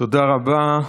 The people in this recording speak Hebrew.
תודה רבה.